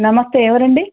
నమస్తే ఎవరండి